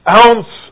ounce